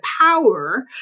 power